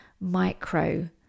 micro